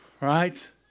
right